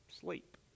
sleep